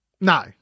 No